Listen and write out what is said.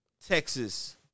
Texas